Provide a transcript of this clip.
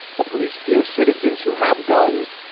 the police fear citizens who have guns.